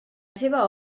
seva